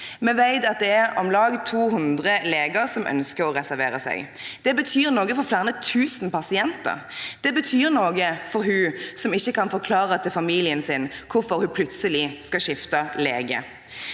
Vi vet at det er om lag 200 leger som ønsker å reservere seg. Det betyr noe for flere tusen pasienter, det betyr noe for hun som ikke kan forklare til familien sin hvorfor hun plutselig skal skifte lege.